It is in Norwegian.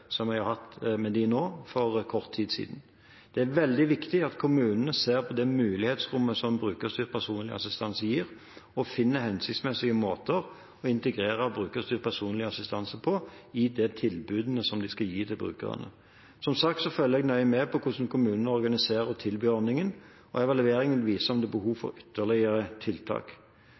som jeg hadde med dem nå for kort tid siden. Det er veldig viktig at kommunene ser på det mulighetsrommet som brukerstyrt personlig assistanse gir, og finner hensiktsmessige måter å integrere brukerstyrt personlig assistanse på i de tilbudene som de skal gi til brukerne. Som sagt følger jeg nøye med på hvordan kommunene organiserer og tilbyr ordningen, og evalueringen vil vise om det er behov for ytterligere tiltak.